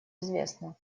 известна